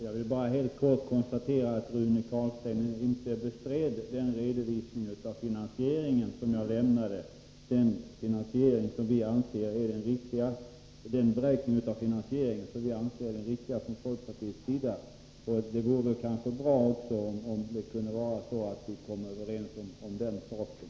Herr talman! Jag vill bara helt kort konstatera att Rune Carlstein inte bestred den redovisning av finansieringen som jag lämnade, dvs. den beräkning av finansieringen som vi från folkpartiets sida anser vara den riktiga. Det vore bra om vi kunde komma överens också om den saken.